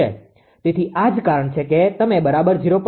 તેથી આ જ કારણ છે કે તમે બરાબર 0